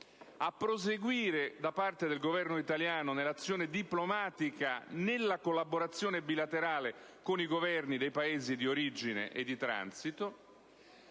a proseguire da parte del Governo italiano nell'azione diplomatica nella collaborazione bilaterale con i Governi dei Paesi di origine e di transito;